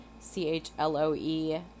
C-H-L-O-E